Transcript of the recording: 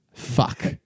fuck